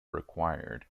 required